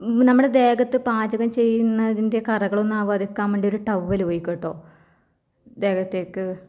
നമ്മുടെ ദേഹത്ത് പാചകം ചെയ്യുന്നതിൻ്റെ കറകളൊന്നും ആവാതിരിക്കാൻ വേണ്ടി ഒരു ടവൽ ഉപയോഗിക്കും കേട്ടോ ദേഹത്തേക്ക്